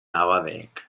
abadeek